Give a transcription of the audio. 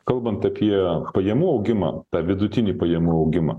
kalbant apie pajamų augimą tą vidutinį pajamų augimą